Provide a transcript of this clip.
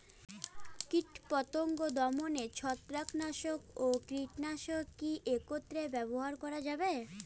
কীটপতঙ্গ দমনে ছত্রাকনাশক ও কীটনাশক কী একত্রে ব্যবহার করা যাবে?